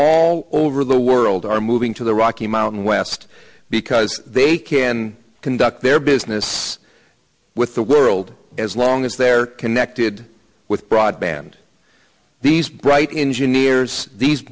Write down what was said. all over the world are moving to the rocky mountain west because they can conduct their business with the world as long as they're connected with broadband these bright engineers these